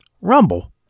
Rumble